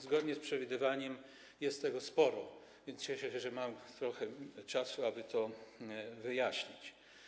Zgodnie z przewidywaniem jest tego sporo, więc cieszę się, że mam trochę czasu, aby to wyjaśnić.